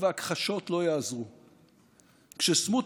אין אף